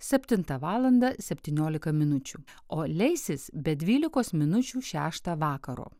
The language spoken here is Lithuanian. septintą valandą septyniolika minučių o leisis be dvylikos minučių šeštą vakaro